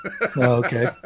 Okay